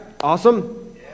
Awesome